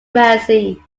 mercy